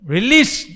Release